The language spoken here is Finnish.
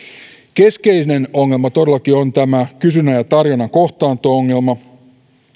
keskeinen ongelma todellakin on tämä kysynnän ja tarjonnan kohtaanto ongelma